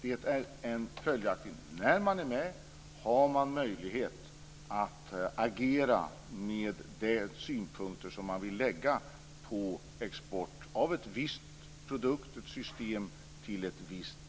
När man är med har man möjlighet att agera och lägga fram sina synpunkter på export av en viss produkt eller system till ett visst land.